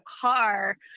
car